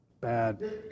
Bad